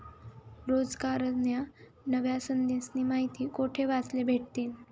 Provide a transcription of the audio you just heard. रोजगारन्या नव्या संधीस्नी माहिती कोठे वाचले भेटतीन?